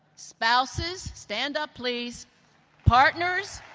spouses stand up, please partners,